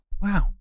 wow